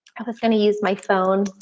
i was gonna use my phone.